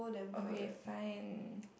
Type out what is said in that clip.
okay fine